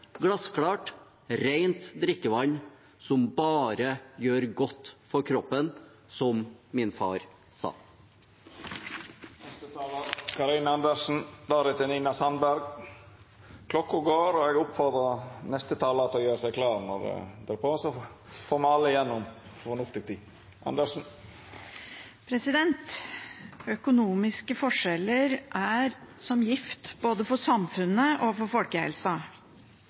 glassklart, rent drikkevann som bare gjør godt for kroppen, som min far sa. Klokka går, og presidenten oppfordrar dei neste talarane til å stå klare, så får me alle igjennom til ei fornuftig tid. Økonomiske forskjeller er som gift både for samfunnet og for folkehelsa.